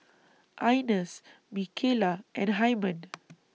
Ines Micaela and Hyman